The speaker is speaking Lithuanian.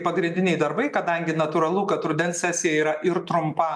pagrindiniai darbai kadangi natūralu kad rudens sesija yra ir trumpa